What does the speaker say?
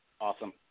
Awesome